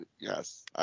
yes